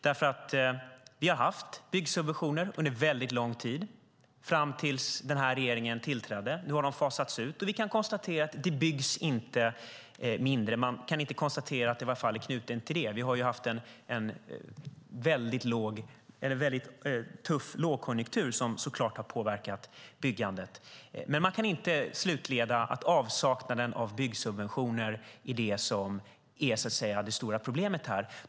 Vi har under lång tid haft byggsubventioner, ända tills den nuvarande regeringen tillträdde. Nu har de fasats ut, och vi kan konstatera att det inte byggs mindre. Man kan inte fastställa att byggandet var knutet till byggsubventionerna. Vi har haft en tuff lågkonjunktur som självfallet påverkat byggandet. Man kan inte dra slutsatsen att avsaknaden av byggsubventioner är det stora problemet.